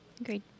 agreed